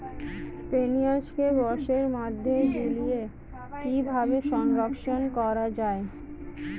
পেঁয়াজকে বাসের মধ্যে ঝুলিয়ে কিভাবে সংরক্ষণ করা হয়?